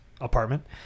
apartment